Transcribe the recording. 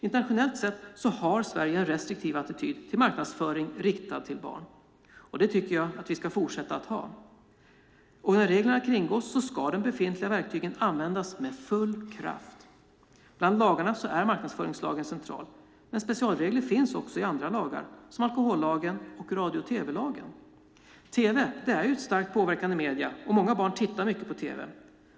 Internationellt sett har Sverige en restriktiv attityd till marknadsföring riktad till barn. Det tycker jag att vi ska fortsätta att ha. Och när reglerna kringgås ska de befintliga verktygen användas med full kraft. Bland lagarna är marknadsföringslagen central, men specialregler finns också i andra lagar, som alkohollagen och radio och tv-lagen. Tv är ett starkt påverkande medium, och många barn tittar mycket på tv.